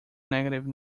negative